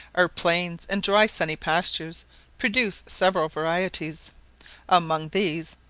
our plains and dry sunny pastures produce several varieties among these,